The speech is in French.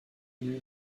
lui